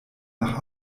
nach